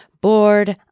Bored